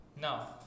Now